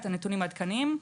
את הנתונים העדכניים,